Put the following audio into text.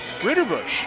Ritterbush